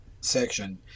section